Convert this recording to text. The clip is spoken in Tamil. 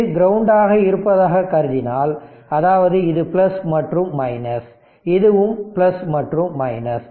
இது கிரவுண்ட் ஆக இருப்பதாக கருதினால் அதாவது இது பிளஸ் மற்றும் மைனஸ் இதுவும் பிளஸ் மற்றும் மைனஸ்